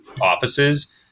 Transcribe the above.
offices